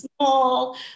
small